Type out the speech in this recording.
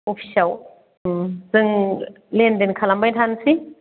अफिसआव उम जों लेन देन खालामबाय थानोसै